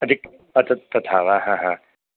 अधिक् अत् तथा वा